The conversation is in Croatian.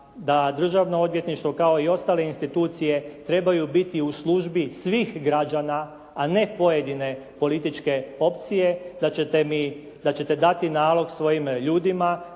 da Državno odvjetništvo kao i ostale institucije trebaju biti u službi svih građana a ne pojedine političke opcije da ćete mi, da ćete dati nalog svojim ljudima